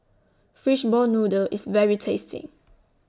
Fishball Noodle IS very tasty